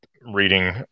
reading